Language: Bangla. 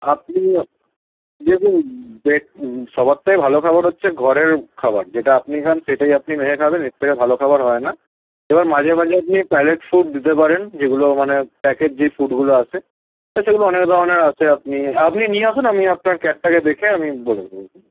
আপনি দেখুন বেট সবার থেকে ভালো খাবার হচ্ছে ঘরের খাবার যেটা আপনি খান সেটাই আপনি ভেঙে খাবেন এর থেকে ভালো খাবার হয় না এবার মাঝে মাঝে আপনি প্যালেট ফুড দিতে পারেন যেগুলো মানে প্যাকেট যেই ফুডগুলো আসে তা সেগুলো অনেক ধরনের আছে আপনি আপনি নিয়ে আসুন আমি আপনার ক্যাটটাকে দেখে আমি বলে দেবোখন